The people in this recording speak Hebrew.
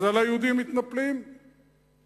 אז מתנפלים על היהודים,